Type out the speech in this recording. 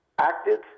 acted